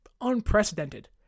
unprecedented